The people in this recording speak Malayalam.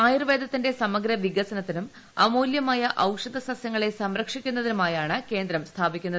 ആയുർവേദത്തിന്റെ സമഗ്ര വികസനത്തിനും അമൂല്യമായ ഔഷധ സസ്യങ്ങളെ സംരക്ഷിക്കുന്നതിനുമായാണ് കേന്ദ്രം സ്ഥാപിക്കുന്നത്